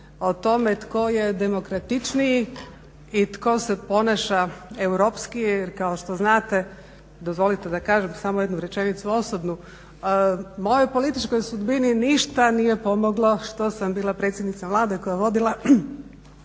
o tome tko je demokratičniji i tko se ponaša europskije jer kao što znate, dozvolite da kažem samo jednu rečenicu osobnu, mojoj političkoj sudbini ništa nije pomoglo što sam bila predsjednica Vlade koja je vodila